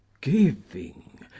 giving